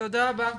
תודה רבה.